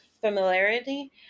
familiarity